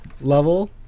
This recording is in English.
level